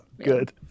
Good